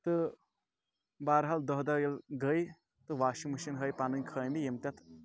تہٕ بہرحال دہ دۄہ ییٚلہِ گٔیے تہٕ واشنٛگ مِشیٖن ہٲے پَنٕںۍ خٲمی یِم تَتھ